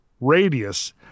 Radius